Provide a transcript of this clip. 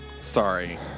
Sorry